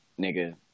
nigga